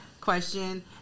question